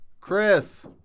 Chris